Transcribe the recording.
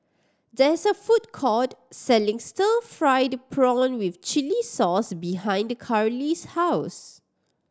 there is a food court selling stir fried prawn with chili sauce behind Karlee's house